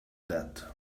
that